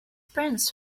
parents